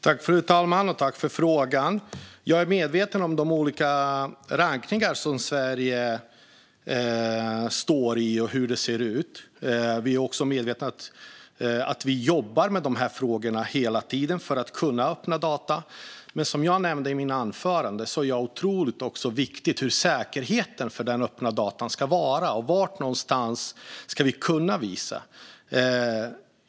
Fru talman! Tack, Maria Stockhaus, för frågan! Jag är medveten om Sveriges olika rankningar och hur de ser ut. Vi jobbar hela tiden med de här frågorna för att kunna öppna data. Men som jag nämnde i mitt anförande är det otroligt viktigt hur säkerheten för öppna data ska vara och var någonstans vi ska kunna visa dem.